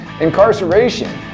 incarceration